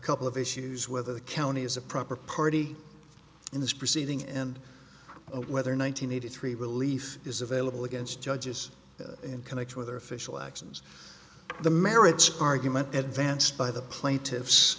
couple of issues whether the county is a proper party in this proceeding and whether nine hundred eighty three relief is available against judges in connection with their official actions the merits argument at vance by the plaintiffs